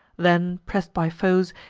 then, press'd by foes,